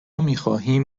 میخواهیم